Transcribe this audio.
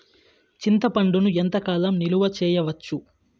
చింతపండును ఎంత కాలం నిలువ చేయవచ్చు?